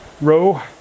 row